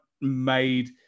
made